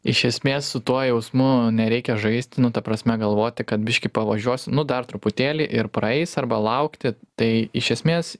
iš esmės su tuo jausmu nereikia žaisti nu ta prasme galvoti kad biškį pavažiuos nu dar truputėlį ir praeis arba laukti tai iš esmės